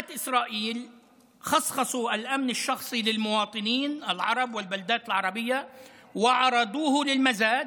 (אומר דברים בשפה הערבית, להלן תרגומם: